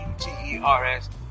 T-E-R-S